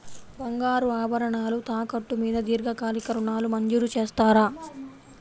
బంగారు ఆభరణాలు తాకట్టు మీద దీర్ఘకాలిక ఋణాలు మంజూరు చేస్తారా?